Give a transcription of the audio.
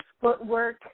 footwork